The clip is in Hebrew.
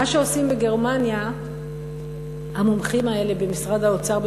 מה שעושים בגרמניה המומחים האלה במשרד האוצר בברלין,